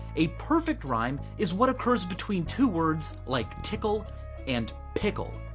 a perfect rhyme is what occurs between two words like tickle and pickle.